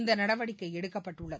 இந்த நடவடிக்கை எடுக்கப்பட்டுள்ளது